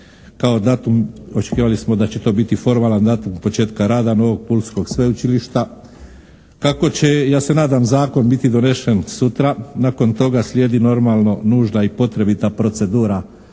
Kao datum očekivali smo da će to biti formalan datum početka rada novog pulskog sveučilišta. Kako će ja se nadam zakon biti donesen sutra, nakon toga slijedi normalno nužna i potrebita procedura